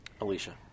Alicia